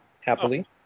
happily